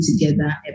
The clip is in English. together